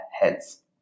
heads